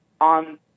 on